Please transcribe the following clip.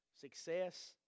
Success